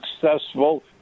successful